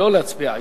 לא להצביע היום,